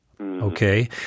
Okay